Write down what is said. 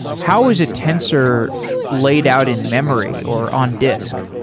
how is a tensor laid out in memory or on disk?